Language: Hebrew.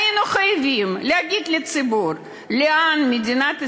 היינו חייבים להגיד לציבור לאן מדינת ישראל,